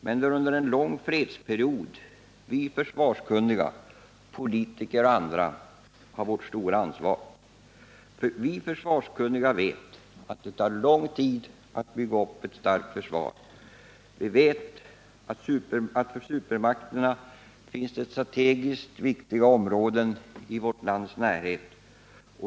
Men det är under en lång fredsperiod vi försvarskunniga — politiker och andra— har vårt stora ansvar. Vi försvarskunniga vet, att det tar lång tid att bygga upp ett starkt försvar. Vi vet att det finns för supermakterna strategiskt viktiga områden i vårt lands närhet.